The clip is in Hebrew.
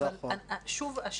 שוב,